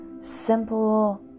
simple